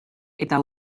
eta